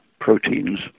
proteins